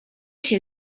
się